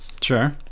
Sure